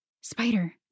Spider